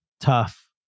tough